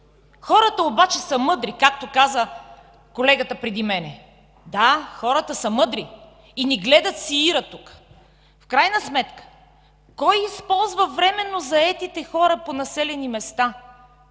Хората обаче са мъдри, както каза колегата преди мен. Да, хората са мъдри и ни гледат сеира тук. В крайна сметка кой използва временно заетите хора по населени места,